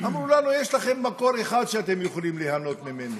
אמרו לנו: יש לכם מקור אחד שאתם יכולים ליהנות ממנו,